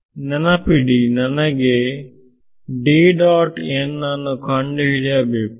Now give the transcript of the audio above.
ಮತ್ತು ನೆನಪಿಡಿ ನನಗೆ ಅನ್ನು ಕಂಡುಹಿಡಿಯಬೇಕು